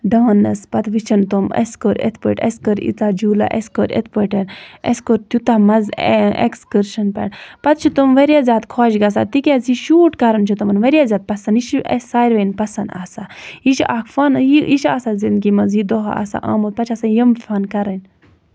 dance پَتہٕ وٕچھن تٔمۍ اَسہِ کوٚر یِتھ پٲٹھۍ اَسہِ کوٚر یوٗتاہ جولا اَسہِ کوٚر یِتھ پٲٹھۍ اَسہِ کوٚر تیوٗتاہ مَزٕ اٮ۪کٔسکٔرشن پٮ۪ٹھ پَتہٕ چھِ تِم واریاہ زیادٕ خۄش گژھان تِکیازِ یہِ شوٗٹ کَرُن چھُ تِمن واریاہ زیادٕ پَسند یہِ چھُ اَسہِ ساروین پَسند آسان یہِ چھُ اکھ فَن یہِ یہِ چھُ آسان زِندگی منٛز یہِ دۄہ آسان آمُت پَتہ چھِ آسان یِم فَن کَرٕنۍ